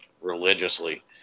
religiously